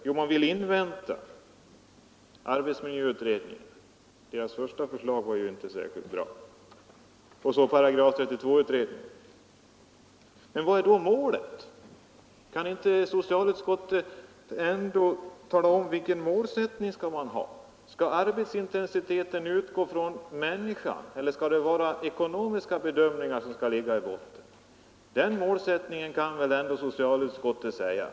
Jo, man vill invänta arbetsmiljöutredningen — vars första förslag inte var särskilt bra — och § 32-utredningen. Men vad är då målet? Kan inte socialutskottet ändå tala om vilken målsättning man skall ha? Skall arbetsintensiteten utgå från människan eller skall de ekonomiska bedömningarna ligga i botten? Den målsättningen kan väl ändå socialutskottet uttala sig om.